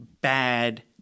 bad